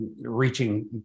reaching